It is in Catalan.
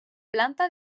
planta